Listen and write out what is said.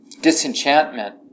disenchantment